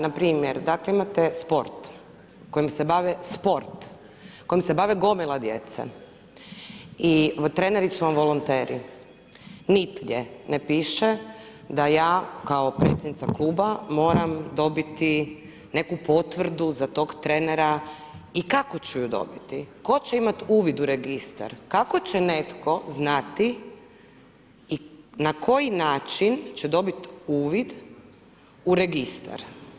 Npr. dakle imate sport kojim se bave gomila djece i treneri su vam volonteri, nigdje ne piše da ja kao predsjednica kluba moram dobiti neku potvrdu za tog trenera i kako ću ju dobiti, tko će imat uvid u registar, kako će netko znati i na koji način će dobit uvid u registar?